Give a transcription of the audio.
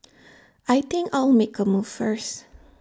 I think I'll make A move first